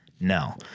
No